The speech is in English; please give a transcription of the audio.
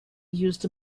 used